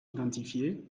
identifiées